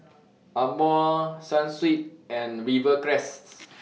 Amore Sunsweet and Rivercrest